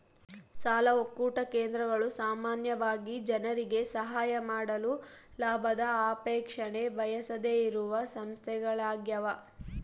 ಸಾಲ ಒಕ್ಕೂಟ ಕೇಂದ್ರಗಳು ಸಾಮಾನ್ಯವಾಗಿ ಜನರಿಗೆ ಸಹಾಯ ಮಾಡಲು ಲಾಭದ ಅಪೇಕ್ಷೆನ ಬಯಸದೆಯಿರುವ ಸಂಸ್ಥೆಗಳ್ಯಾಗವ